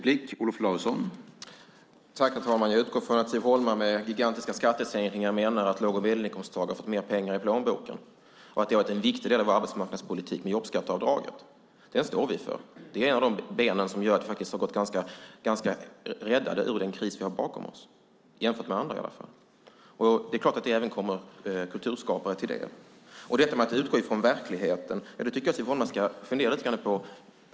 Herr talman! Jag utgår från att Siv Holma med gigantiska skattesänkningar menar att låg och medelinkomsttagare har fått mer pengar i plånboken och att jobbskatteavdraget har varit en viktig del av arbetsmarknadspolitiken. Det står vi för. Det är ett av de ben som har gjort att vi jämfört med andra har gått ganska oskadade ur den kris vi har bakom oss. Det kommer naturligtvis också kulturskapare till del. Att utgå från verkligheten tycker jag att Siv Holma ska fundera lite över.